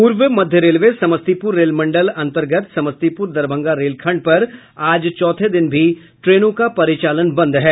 पूर्व मध्य railway Samastipur rail मंडल अन्तर्गत समस्तीपूर दरभंगा रेलखंड पर आज चौथे दिन भी ट्रेनों का परिचालन बंद है